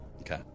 Okay